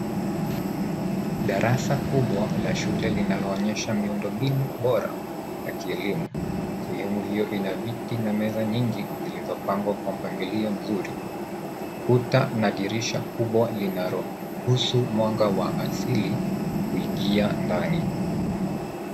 Darasa kubwa la shule linaloonyesha miundo mbinu bora ya kielimu. Sehemu hiyo ina viti na meza nyingi zilizopangwa kwa mpangilio nzuri. Kuta na dirisha kubwa linaruhusu mwanga wa asili kuingia ndani.